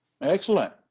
Excellent